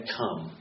come